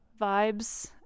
vibes